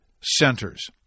centers